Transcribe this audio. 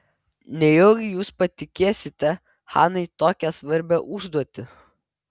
nejaugi jūs patikėsite hanai tokią svarbią užduotį